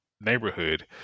neighborhood